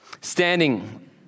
Standing